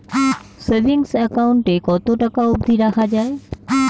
Savings account এ কতো টাকা অব্দি রাখা যায়?